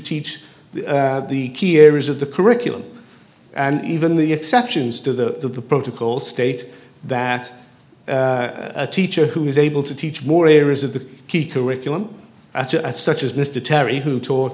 teach the key here is of the curriculum and even the exceptions to the protocol state that a teacher who is able to teach more areas of the key curriculum as such as mr terry who taught